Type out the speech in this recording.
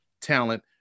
talent